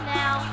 now